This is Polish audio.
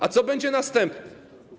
A co będzie następne?